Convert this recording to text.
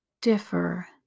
differ